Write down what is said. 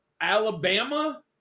Alabama